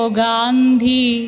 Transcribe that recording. gandhi